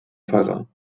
pfarrer